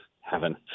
Heaven